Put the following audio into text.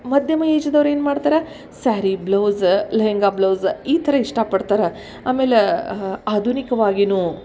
ಮಧ್ಯಮ ಏಜ್ದವ್ರು ಏನು ಮಾಡ್ತಾರೆ ಸ್ಯಾರಿ ಬ್ಲೌಝ ಲೆಹೆಂಗ ಬ್ಲೌಝ ಈ ಥರ ಇಷ್ಟಪಡ್ತಾರೆ ಆಮೇಲೆ ಆಧುನಿಕವಾಗಿಯೂ